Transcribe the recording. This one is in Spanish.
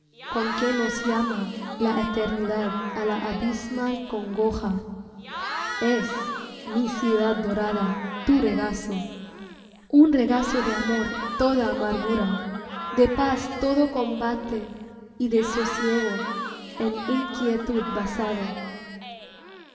con que nos llama la eternidad á la abismal congoja es mi ciudad dorada tu regazo un regazo de amor todo amargura de paz todo combate y de sosiego en